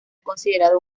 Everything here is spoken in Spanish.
considerado